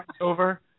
over